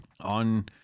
on